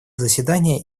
заседания